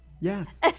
Yes